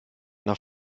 nach